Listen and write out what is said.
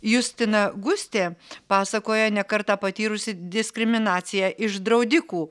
justina gustė pasakoja ne kartą patyrusi diskriminaciją iš draudikų